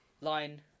Line